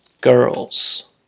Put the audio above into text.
girls